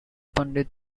pandit